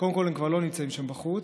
אז קודם כול, הם כבר לא נמצאים שם בחוץ,